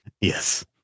Yes